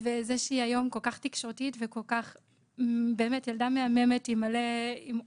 זה שהיא היום כל-כך תקשורתית וילדה מהממת עם אופי,